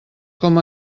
com